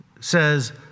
says